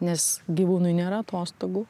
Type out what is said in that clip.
nes gyvūnui nėra atostogų